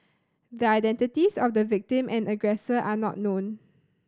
the identities of the victim and aggressor are not known